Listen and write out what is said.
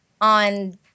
on